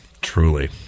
Truly